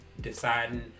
deciding